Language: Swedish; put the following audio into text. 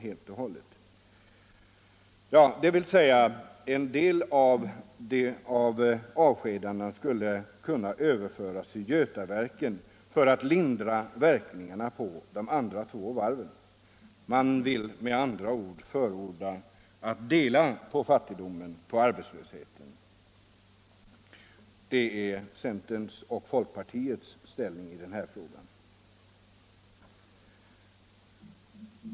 Det betyder alltså att en del av avskedandena skulle kunna överföras till Götaverken för att lindra verkningarna på de andra två varven. Man vill med andra ord dela på fattigdomen, på arbetslösheten — det är centerns och folkpartiets ställning i denna fråga.